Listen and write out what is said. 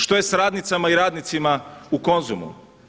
Što je s radnicama i radnicima u Konzumu?